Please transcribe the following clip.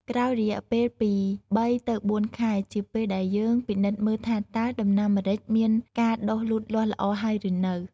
ក្រោយរយៈពេលពី ៣ទៅ៤ខែ ជាពេលដែលយើងពិនិត្យមើលថាតើ ដំណាំម្រេចមានការដុះលូតលាស់ល្អហើយឬនៅ។